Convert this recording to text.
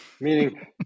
Meaning